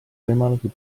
võimalusi